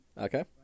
Okay